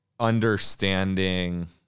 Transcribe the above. understanding